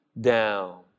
down